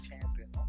champion